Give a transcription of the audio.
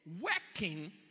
working